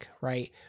right